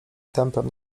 tempem